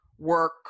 Work